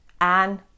Anne